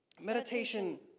meditation